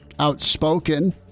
outspoken